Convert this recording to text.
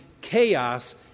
chaos